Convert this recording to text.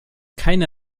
keine